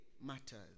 matters